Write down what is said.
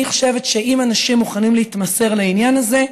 אני חושבת שאם אנשים מוכנים להתמסר לעניין הזה,